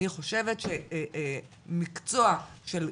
אני חושבת שמקצוע של סייעת,